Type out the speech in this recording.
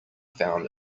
found